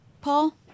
Paul